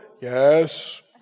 yes